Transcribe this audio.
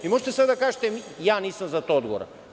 Vi možete sada da kažete – ja nisam za to odgovoran.